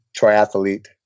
triathlete